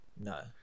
No